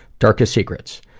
darkest secrets,